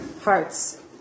hearts